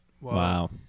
Wow